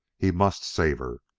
he must save her!